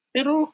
Pero